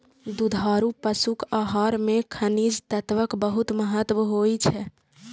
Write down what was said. दुधारू पशुक आहार मे खनिज तत्वक बहुत महत्व होइ छै